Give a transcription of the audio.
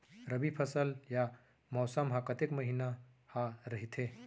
रबि फसल या मौसम हा कतेक महिना हा रहिथे?